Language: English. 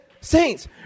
saints